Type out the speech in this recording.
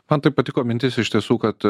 man tai patiko mintis iš tiesų kad a